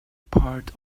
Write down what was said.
part